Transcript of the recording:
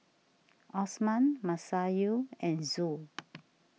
Osman Masayu and Zul